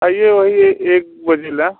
आइए वही ए एक बजे ला